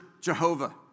Jehovah